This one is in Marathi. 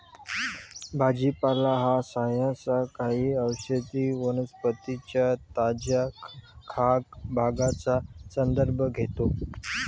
भाजीपाला हा सहसा काही औषधी वनस्पतीं च्या ताज्या खाद्य भागांचा संदर्भ घेतो